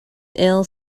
ill